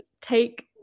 take